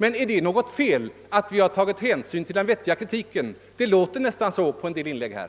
Men är det något fel att vi har tagit hänsyn till den vettiga kritiken? Det låter nästan så på en del inlägg här.